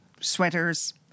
sweaters